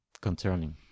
concerning